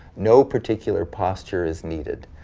no particular posture is needed.